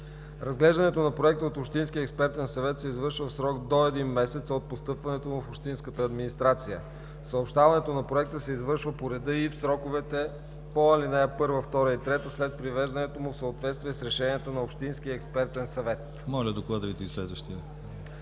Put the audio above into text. Разглеждането на проекта от общинския експертен съвет се извършва в срок до един месец от постъпването му в общинската администрация. Съобщаването на проекта се извършва по реда и в сроковете по ал. 1, 2 и 3 след привеждането му в съответствие с решенията на общинския експертен съвет.“ По § 19 – предложение